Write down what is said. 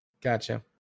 Gotcha